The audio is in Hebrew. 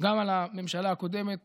גם על הממשלה הקודמת